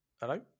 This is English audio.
Hello